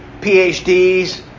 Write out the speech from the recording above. PhDs